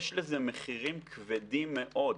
יש לזה מחירים כבדים מאוד,